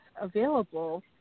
available